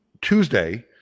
Tuesday